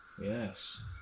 Yes